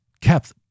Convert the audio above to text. kept